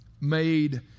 made